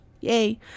yay